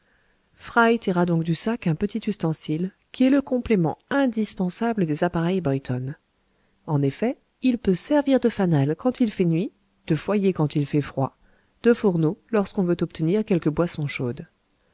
fry tira donc du sac un petit ustensile qui est le complément indispensable des appareils boyton en effet il peut servir de fanal quand il fait nuit de foyer quand il fait froid de fourneau lorsqu'on veut obtenir quelque boisson chaude